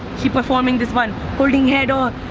she performing this one. holding head, oh.